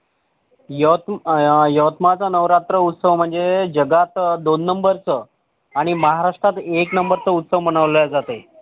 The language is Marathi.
यवतमाळचा नवरात्र उत्सव म्हणजे जगात दोन नंबरचं आणि महाराष्ट्रात एक नंबरचा उत्सव मनवला जाते